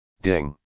Ding